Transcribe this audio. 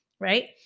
right